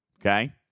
Okay